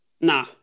nah